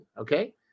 okay